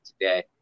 today